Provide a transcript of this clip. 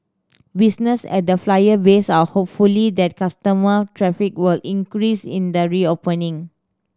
business at the Flyer base are hopeful that customer traffic will increase in the reopening